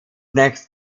next